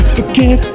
Forget